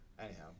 Anyhow